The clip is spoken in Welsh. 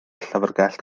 llyfrgell